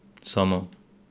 ਸਮਾਂ